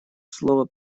слово